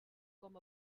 com